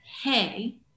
hey